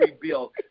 rebuilt